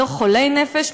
לא חולי נפש,